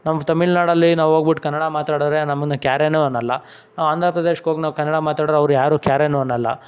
ನಮ್ಮ ತಮಿಳ್ ನಾಡಲ್ಲಿ ನಾವು ಹೋಗ್ಬುಟ್ ಕನ್ನಡ ಮಾತಾಡಿದ್ರೆ ನಮ್ಮನ್ನು ಕ್ಯಾರೇನು ಅನ್ನೋಲ್ಲ ಆಂಧ್ರ ಪ್ರದೇಶ್ಗ್ ಹೋಗಿ ನಾವು ಕನ್ನಡ ಮಾತಾಡ್ದ್ರೆ ಅವ್ರು ಯಾರೂ ಕ್ಯಾರೇನು ಅನ್ನೋಲ್ಲ